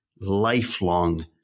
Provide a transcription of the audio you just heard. lifelong